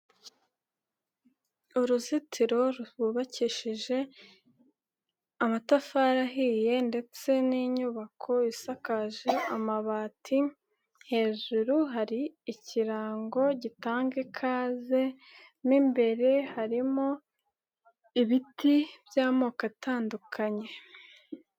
Uruzitiro rwubakishije amatafari ahiye ndetse n'inyubako isakaje amabati, hejuru hari ikirango gitangaga ikaze, mo imbere harimo ibiti by'amoko atandukanye.